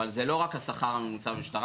אבל זה לא רק השכר הממוצע במשטרה.